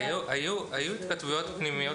היו בינינו התכתבויות פנימיות,